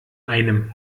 einem